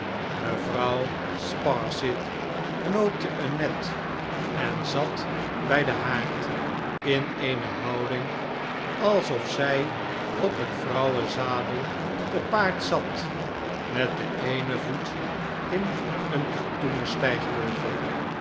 mevrouw sparsit knoopte een net en zat bi den haard in eene houding alsof zij op een vrouwenzadel te paard zat met den eenen voet in een katoenen stijgbeugel